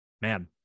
man